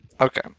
Okay